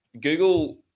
google